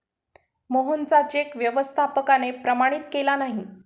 मोहनचा चेक व्यवस्थापकाने प्रमाणित केला नाही